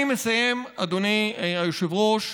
אני מסיים, אדוני היושב-ראש.